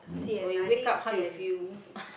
when you wake up how you feel